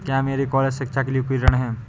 क्या मेरे कॉलेज शिक्षा के लिए कोई ऋण है?